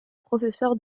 professeur